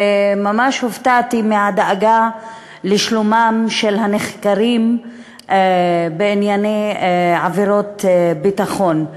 וממש הופתעתי מהדאגה לשלומם של הנחקרים בענייני עבירות ביטחון.